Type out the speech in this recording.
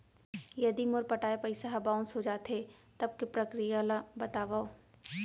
यदि मोर पटाय पइसा ह बाउंस हो जाथे, तब के प्रक्रिया ला बतावव